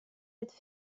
être